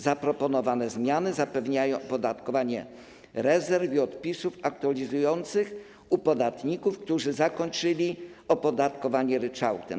Zaproponowane zmiany zapewniają opodatkowanie rezerw i odpisów aktualizujących u podatników, którzy zakończyli opodatkowanie ryczałtem.